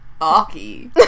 Aki